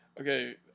Okay